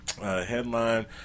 headline